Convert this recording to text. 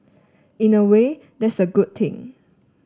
in a way that's a good thing